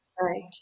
Right